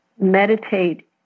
Meditate